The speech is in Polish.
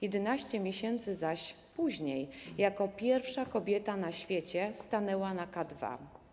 11 miesięcy później jako pierwsza kobieta na świecie stanęła na K2.